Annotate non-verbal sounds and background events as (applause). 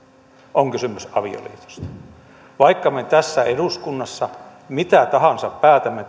on kysymys avioliitosta vaikka me tässä eduskunnassa mitä tahansa päätämme (unintelligible)